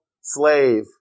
slave